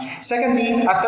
Secondly